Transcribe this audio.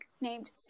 named